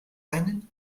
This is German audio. einen